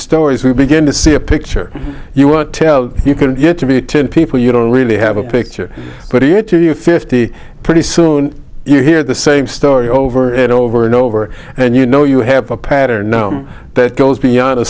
stories we begin to see a picture you want to tell you can get to be ten people you don't really have a picture but it to you fifty pretty soon you hear the same story over and over and over and you know you have a pattern gnome that goes beyond a